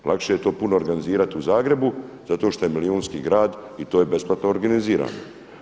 Lakše je to puno organizirati u Zagrebu zato što je milijunski grad i to je besplatno organizirano.